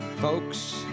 Folks